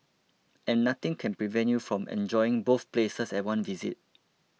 and nothing can prevent you from enjoying both places at one visit